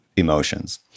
emotions